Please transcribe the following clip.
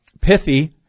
pithy